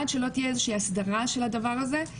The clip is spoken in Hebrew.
עד שלא תהיה איזו שהיא הסדרה של הדבר הזה,